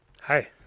Hi